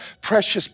precious